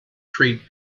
treat